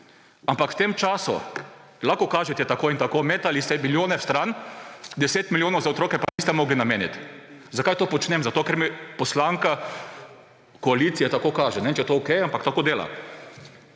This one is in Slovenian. ampak v tem času lahko kažete tako in tako. Metali ste bilijone stran, 10 milijonov za otroke pa niste mogli nameniti. Zakaj to počnem? Ker mi poslanka koalicije tako kaže. Ne vem, če je to okej, ampak tako dela.